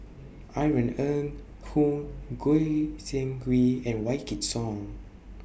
Irene Ng Hoong Goi Seng Gui and Wykidd Song